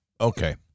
Okay